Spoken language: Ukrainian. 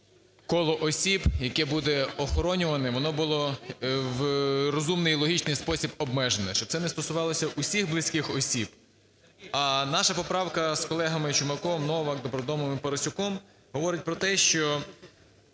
коло осіб, яке буде охоронюваним, воно було в розумний і логічний спосіб обмежене, щоб це не стосувалося усіх близьких осіб. А наша поправка з колегами Чумаком, Новаком, Добродомовим і Парасюком говорить про те, що